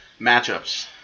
matchups